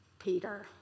Peter